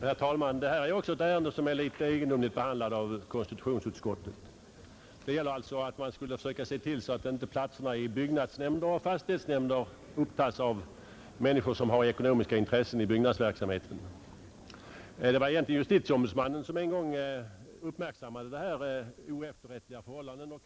Herr talman! Detta är också ett ärende som blivit litet egendomligt behandlat av konstitutionsutskottet. Motionen gällde att man skulle försöka se till att inte platserna i byggnadsnämnder och fastighetsnämnder innehas av människor som har ekonomiska intressen i byggnadsverksamheten. Det var egentligen justitieombudsmannen som en gång uppmärksammade det oefterrättliga förhållandet härvidlag.